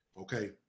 okay